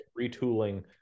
retooling